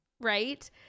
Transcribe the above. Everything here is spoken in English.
right